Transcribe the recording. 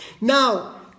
Now